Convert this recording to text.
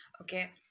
okay